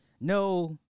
No